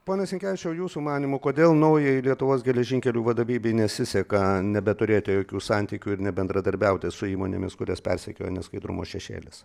pone sinkevičiau jūsų manymu kodėl naujajai lietuvos geležinkelių vadovybei nesiseka nebeturėti jokių santykių ir nebendradarbiauti su įmonėmis kurias persekioja neskaidrumo šešėlis